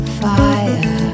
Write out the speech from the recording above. fire